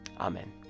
Amen